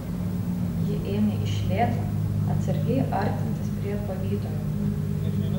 ji ėmė iš lėto atsargiai artintis prie pavytojo